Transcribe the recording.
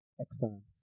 Excellent